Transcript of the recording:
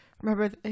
remember